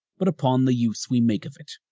but upon the use we make of it.